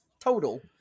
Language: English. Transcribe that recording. total